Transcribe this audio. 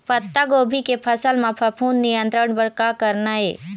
पत्तागोभी के फसल म फफूंद नियंत्रण बर का करना ये?